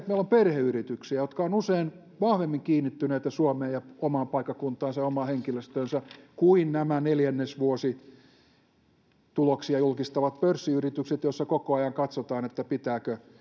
meillä on perheyrityksiä jotka ovat usein vahvemmin kiinnittyneitä suomeen omaan paikkakuntaansa ja omaan henkilöstöönsä kuin nämä neljännesvuosituloksia julkistavat pörssiyritykset joissa koko ajan katsotaan pitääkö